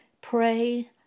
Pray